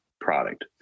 product